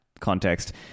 context